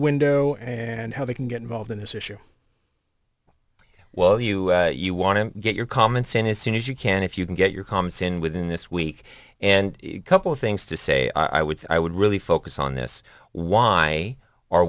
window and how they can get involved in this issue well you you want to get your comments in as soon as you can if you can get your comments in within this week and a couple of things to say i would i would really focus on this why are